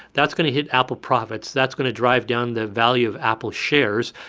that's going to hit apple profits, that's going to drive down the value of apple shares,